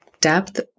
Depth